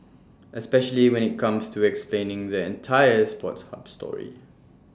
especially when IT comes to explaining the entire sports hub story